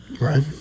Right